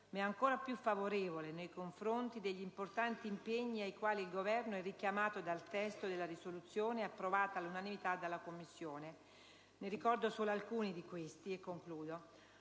ma è ancor più favorevole nei confronti degli importanti impegni ai quali il Governo è richiamato dal testo della risoluzione approvata all'unanimità dalla Commissione. Ricordo solo alcuni di questi, colleghi,